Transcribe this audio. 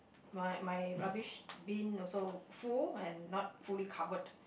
my my rubbish bin also full and not fully covered